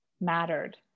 mattered